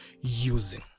using